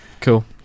Cool